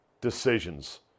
decisions